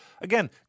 again